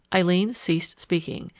eileen ceased speaking,